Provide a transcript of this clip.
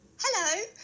Hello